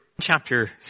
chapter